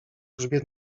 grzbiet